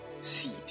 seed